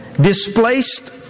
displaced